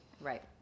Right